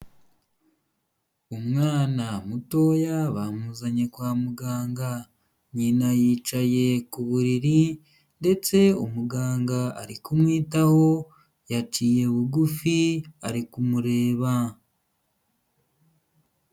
Umwana mutoya bamuzanye kwa muganga, nyina yicaye ku buriri ndetse umuganga ari kumwitaho, yaciye bugufi ari kumureba.